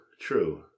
true